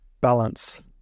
balance